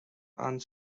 and